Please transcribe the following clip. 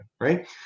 right